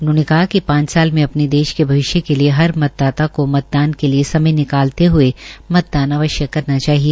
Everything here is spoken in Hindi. उन्होंने कहा कि पांच साल में अपने देश के भविष्य के लिए हर मतदाता को मतदान के लिए समय निकालते हुए मतदान करना चाहिए